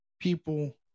people